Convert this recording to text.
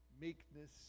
meekness